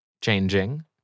changing